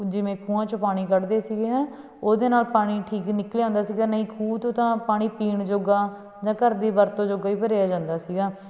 ਜਿਵੇਂ ਖੂਹਾਂ 'ਚੋ ਪਾਣੀ ਕੱਢਦੇ ਸੀਗੇ ਨਾ ਉਹਦੇ ਨਾਲ ਪਾਣੀ ਠੀਕ ਨਿਕਲ ਆਉਂਦਾ ਸੀਗਾ ਨਹੀਂ ਖੂਹ ਤੋਂ ਤਾਂ ਪਾਣੀ ਪੀਣ ਜੋਗਾ ਜਾਂ ਘਰ ਦੀ ਵਰਤੋਂ ਜੋਗਾ ਹੀ ਭਰਿਆ ਜਾਂਦਾ ਸੀਗਾ